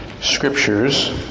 scriptures